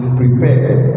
prepared